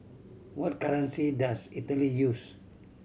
what currency does Italy use